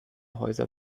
häuser